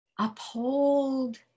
uphold